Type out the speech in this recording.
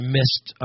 missed